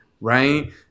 right